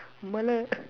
உன் மேல:un meela